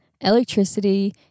electricity